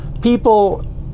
People